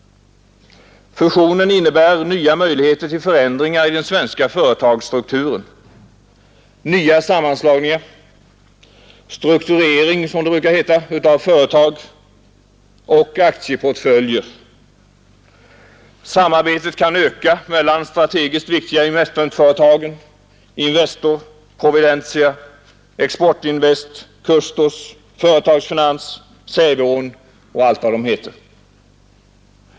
Fusionen innebär nya möjligheter till förändringar i den svenska företagsstrukturen, nya sammanslagningar — strukturering som det brukar heta — av företag och aktieportföljer. Samarbetet kan öka mellan de strategiskt viktiga investmentföretagen Investor, Providentia, Export-Invest, Custos, Företagsfinans, Säfveån och allt vad de heter.